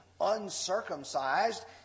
uncircumcised